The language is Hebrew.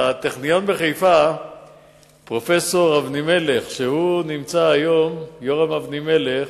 בטכניון בחיפה עשה פרופסור יורם אבנימלך,